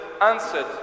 answered